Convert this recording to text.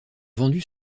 vendus